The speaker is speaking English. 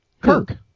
Kirk